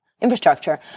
infrastructure